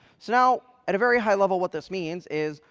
so now, at a very high level, what this means is,